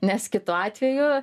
nes kitu atveju